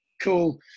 cool